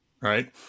right